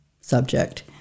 subject